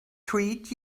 treat